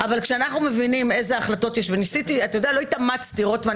אבל כשאנחנו מבינים אילו החלטות יש ולא התאמצתי רוטמן